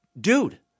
dude